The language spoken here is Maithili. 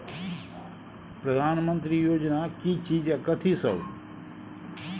प्रधानमंत्री योजना की चीज कथि सब?